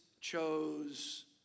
chose